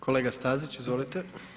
Kolega Stazić, izvolite.